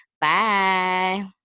bye